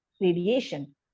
radiation